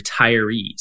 retirees